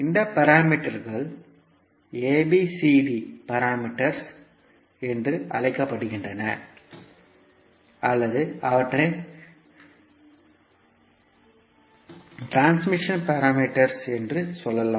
இந்த பாராமீட்டர்கள் ABCD பாராமீட்டர்கள் என்று அழைக்கப்படுகின்றன அல்லது அவற்றை ட்ரான்ஸ்பர் பாராமீட்டர்கள் என்றும் சொல்லலாம்